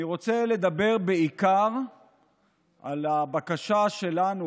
אני רוצה לדבר בעיקר על הבקשה שלנו,